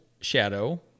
Shadow